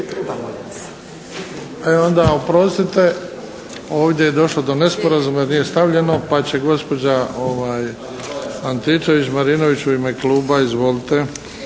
… Oprostite, ovdje je došlo do nesporazuma, nije stavljeno pa će gospođa Antičević Marinović u ime kluba. Izvolite.